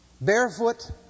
Barefoot